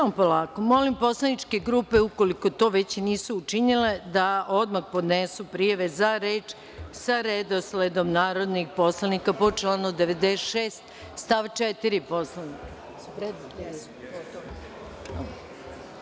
Molim poslaničke grupe ukoliko to nisu učinile da odmah podnesu prijave za reč sa redosledom narodnih poslanika po članu 96. stav 4. Poslovnika.